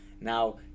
Now